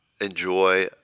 enjoy